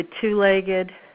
two-legged